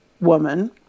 woman